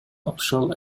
ошол